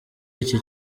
iki